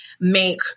make